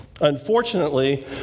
Unfortunately